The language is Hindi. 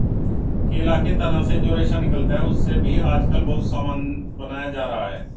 केला के तना से जो रेशा निकलता है, उससे भी आजकल बहुत सामान बनाया जा रहा है